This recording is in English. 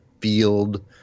field